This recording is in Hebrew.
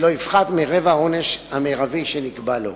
שלא יפחת מרבע מהעונש המרבי שנקבע לו.